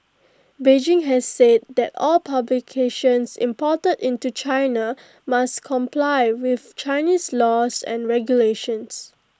Beijing has said that all publications imported into China must comply with Chinese laws and regulations